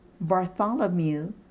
Bartholomew